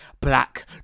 black